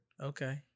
Okay